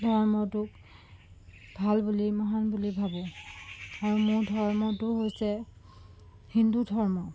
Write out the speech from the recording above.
ধৰ্মটোক ভাল বুলি মহান বুলি ভাবোঁ আৰু মোৰ ধৰ্মটো হৈছে হিন্দু ধৰ্ম